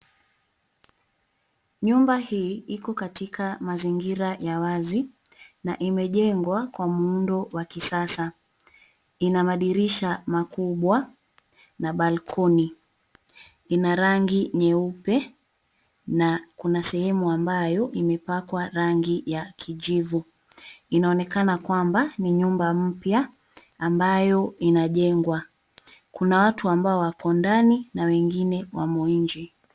Nyumba hii iko katika mazingira ya wazi na imejengwa kwa muundo wa kisasa. Ina madirisha makubwa na balcony . Ina rangi nyeupe na kuna sehemu ambayo imepakwa rangi ya kijivu. Inaonekana kwamba ni nyumba mpya ambayo inajengwa. Kuna watu ambao wako ndani na wengine wamo nje.